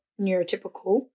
neurotypical